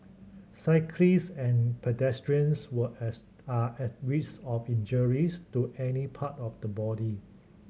cyclist and pedestrians were as are at risk of injuries to any part of the body